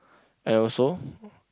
and also